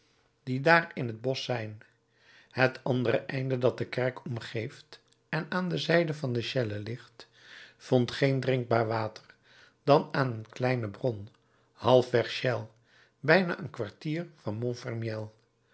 die daar in het bosch zijn het andere einde dat de kerk omgeeft en aan de zijde van chelles ligt vond geen drinkbaar water dan aan een kleine bron halfweg chelles bijna een kwartier van